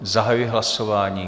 Zahajuji hlasování.